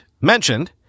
mentioned